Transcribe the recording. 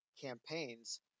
campaigns